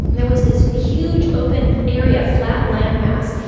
there was this huge open area, flat land mass,